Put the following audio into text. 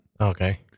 Okay